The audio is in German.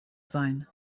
sein